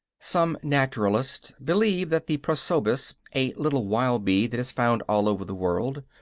some naturalists believe that the prosopis, a little wild bee that is found all over the world,